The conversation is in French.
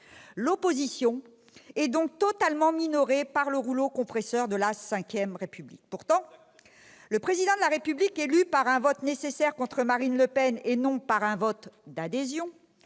L'opposition est donc totalement minorée par le rouleau compresseur de la VRépublique. Exactement ! Pourtant, le Président de la République, élu par un vote nécessaire face à Marine Le Pen et non par un vote d'adhésion,